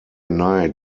night